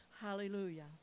Hallelujah